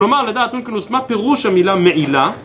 כלומר, לדעת אונקלוס מה פירוש המילה מעילה?